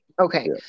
Okay